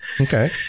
Okay